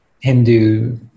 Hindu